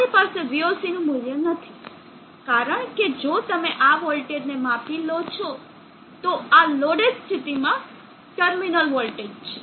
અમારી પાસે voc નું મૂલ્ય નથી કારણ કે જો તમે આ વોલ્ટેજને માપી લો છો તો આ લોડેડ સ્થિતિમાં ટર્મિનલ વોલ્ટેજ છે